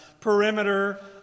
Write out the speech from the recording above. perimeter